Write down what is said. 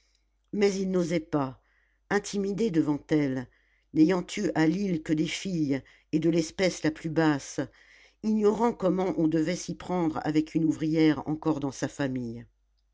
mais il n'osait pas intimidé devant elle n'ayant eu à lille que des filles et de l'espèce la plus basse ignorant comment on devait s'y prendre avec une ouvrière encore dans sa famille